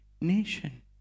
nation